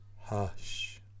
Hush